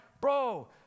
bro